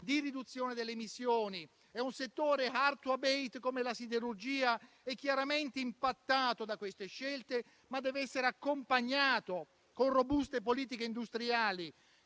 di riduzione delle emissioni e un settore *hard to abate* come la siderurgia è chiaramente impattato da queste scelte, ma deve essere accompagnato con robuste politiche industriali